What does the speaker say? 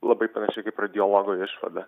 labai panašiai kaip radiologo išvada